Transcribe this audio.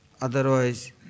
otherwise